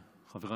קשב.